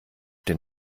den